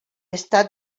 està